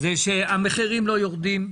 שהמחירים לא יורדים,